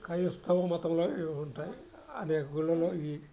క్రైస్తవ మతంలో ఇవి ఉంటాయి అదే గుళ్ళలో ఈ